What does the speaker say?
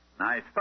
Nice